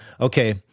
okay